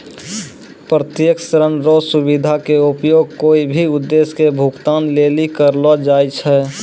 प्रत्यक्ष ऋण रो सुविधा के उपयोग कोय भी उद्देश्य के भुगतान लेली करलो जाय छै